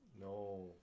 No